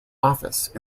office